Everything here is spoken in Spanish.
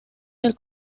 del